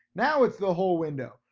now it's the whole window,